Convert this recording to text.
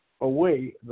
away